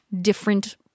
different